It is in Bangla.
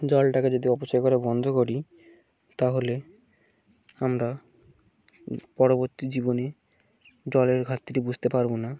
জলটাকে যদি অপচয় করে বন্ধ করি তাহলে আমরা পরবর্তী জীবনে জলের ঘাটতিটি বুঝতে পারবো না